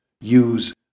use